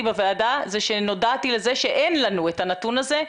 בוועדה היה כשנודעתי לכך שאין לנו את הנתון הזה.